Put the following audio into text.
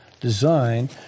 design